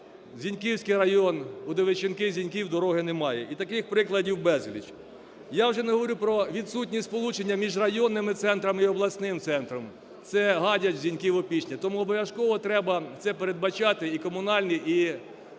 Зіньківський район, Удовиченки-Зіньків дороги немає. І таких прикладів безліч. Я вже не говорю про відсутнє сполучення між районними центрами і обласним центром, це Гадяч-Зііньків-Опішня. Тому обов'язково треба це передбачати і комунальні, і